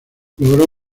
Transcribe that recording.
logró